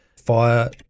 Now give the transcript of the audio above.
fire